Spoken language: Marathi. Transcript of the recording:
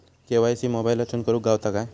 के.वाय.सी मोबाईलातसून करुक गावता काय?